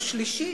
שלישית,